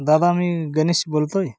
दादा मी गनेश बोलतो आहे